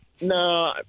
No